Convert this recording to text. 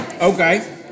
okay